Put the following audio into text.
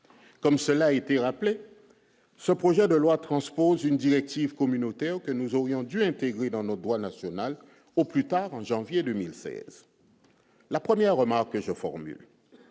comme cela a été rappelé, ce projet de loi transpose une directive communautaire que nous aurions dû intégrer dans notre droit national au plus tard en janvier 2000, c'est la première remarque, je formule,